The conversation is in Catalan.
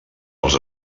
els